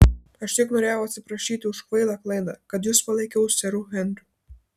aš tik norėjau atsiprašyti už kvailą klaidą kad jus palaikiau seru henriu